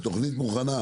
התכנית מוכנה.